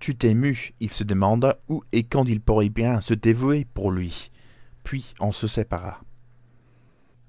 tout ému il se demanda où et quand il pourrait bien se dévouer pour lui puis on se sépara